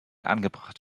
angebracht